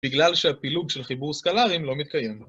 בגלל שהפילוג של חיבור סקלרים לא מתקיים.